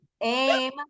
Aim